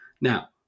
Now